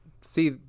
see